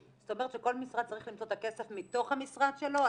זאת אומרת שכל משרד צריך למצוא את הכסף מתוך המשרד שלו?